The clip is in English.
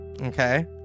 Okay